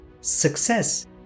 Success